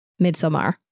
Midsommar